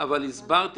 רועי, הסברתי